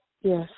Yes